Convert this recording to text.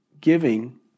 giving